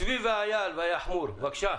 בבקשה.